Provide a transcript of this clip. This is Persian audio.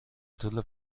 طول